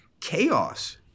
Chaos